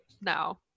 no